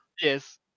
Yes